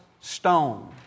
stone